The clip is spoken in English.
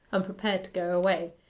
and prepared to go away.